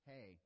Hey